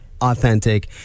authentic